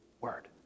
word